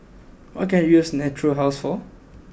what can I use Natura House for